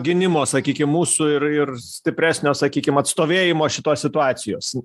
gynimo sakykim mūsų ir ir stipresnio sakykim atstovėjimo šitos situacijos